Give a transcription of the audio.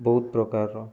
ବହୁତ ପ୍ରକାରର